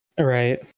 Right